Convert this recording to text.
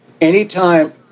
anytime